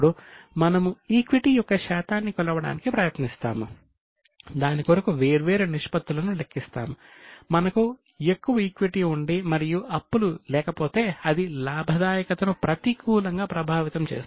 ఇప్పుడు ఈ నిష్పత్తులను పరిశీలిద్దాం